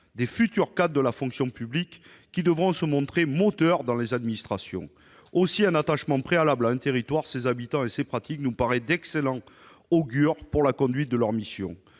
de futurs cadres de la fonction publique, qui devront se montrer moteurs dans les administrations. Un attachement préalable à un territoire, à ses habitants et à ses pratiques nous paraît d'excellent augure pour la conduite de ces missions.